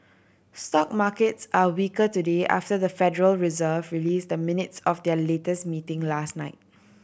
stock markets are weaker today after the Federal Reserve released the minutes of their latest meeting last night